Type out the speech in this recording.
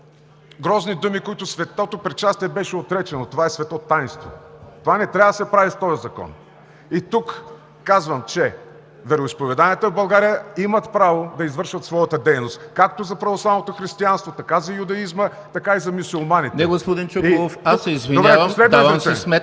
Не, господин Чуколов! Аз се извинявам, давам си сметка